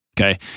Okay